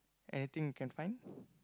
anything you can find